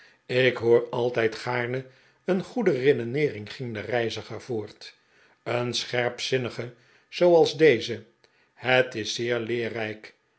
ik hoor altijd gaarne een goede redeneering ging de reiziger voort een scherpzinnige zooals deze het is'zeer leerrijk